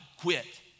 quit